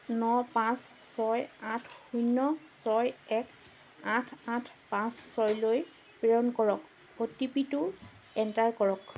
ন পাঁচ ছয় আঠ শূন্য ছয় এক আঠ আঠ পাঁচ ছয়লৈ প্ৰেৰণ কৰক অ' টি পি টো এণ্টাৰ কৰক